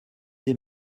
des